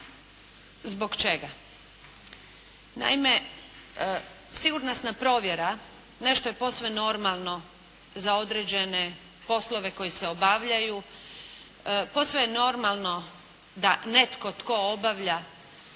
Zbog čega? Naime, sigurnosna provjera nešto je posve normalno za određene poslove koji se obavljaju. Posve je normalno da netko tko obavlja